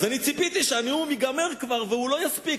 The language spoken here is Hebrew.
אז אני ציפיתי שהנאום ייגמר כבר והוא לא יספיק,